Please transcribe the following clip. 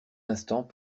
instant